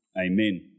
Amen